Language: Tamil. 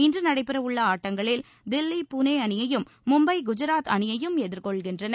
இன்று நடைபெறவுள்ள ஆட்டங்களில் தில்லி புனே அணியையும் மும்பை குஜராத் அணியையும் எதிர்கொள்கின்றன